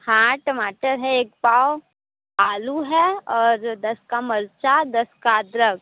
हाँ टमाटर है एक पाव आलू है और दस का मरचा दस का अदरक